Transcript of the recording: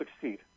succeed